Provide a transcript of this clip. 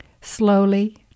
slowly